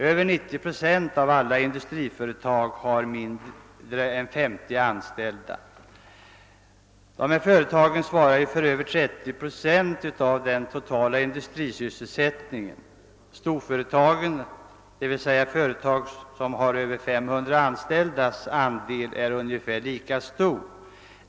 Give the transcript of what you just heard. Över 90 procent av alla industriföretag har mindre än 50 anställda. Dessa företag svarar för över 30 procent av den totala industrisysselsättningen. Storföretagen, dvs. företag med över 500 anställda, svarar för en ungefär lika stor andel.